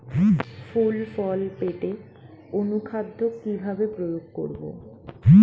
ফুল ফল পেতে অনুখাদ্য কিভাবে প্রয়োগ করব?